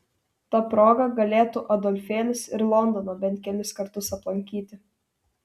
ta proga galėtų adolfėlis ir londoną bent kelis kartus aplankyti